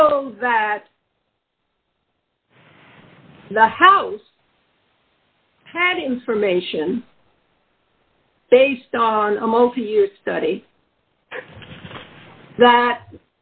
so that the house had information based on a multi year study that